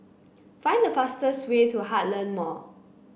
find the fastest way to Heartland Mall